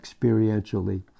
experientially